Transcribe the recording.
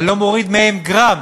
אני לא מוריד מהן גרם